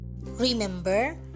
Remember